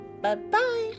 Bye-bye